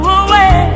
away